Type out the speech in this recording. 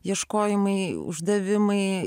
ieškojimai uždavimai